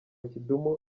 kidum